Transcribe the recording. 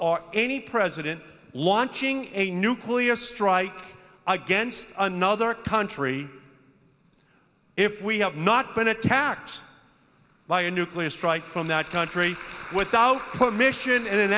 are any president launching a nuclear strike against another country if we have not been attacked by a nuclear strike from that country without permission